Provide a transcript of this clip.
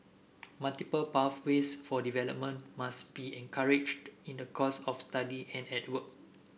multiple pathways for development must be encouraged in the course of study and at work